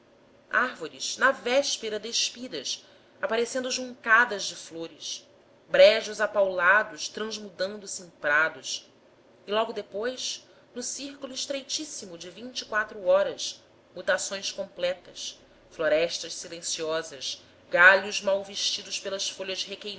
árvores na véspera despidas aparecendo juncadas de flores brejos apaulados transmudando se em prados e logo depois no círculo estreitíssimo de vinte e quatro horas mutações completas florestas silenciosas galhos mal vestidos pelas folhas